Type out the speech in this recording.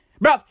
Bro